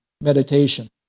meditation